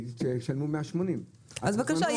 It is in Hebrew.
ישלמו 180. אז בבקשה.